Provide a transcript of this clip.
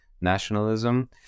nationalism